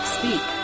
Speak